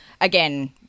again